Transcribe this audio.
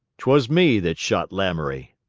t was me that shot lamoury.